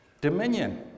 Dominion